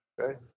Okay